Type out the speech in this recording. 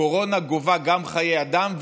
הקורונה גובה גם חיי אדם,